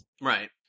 Right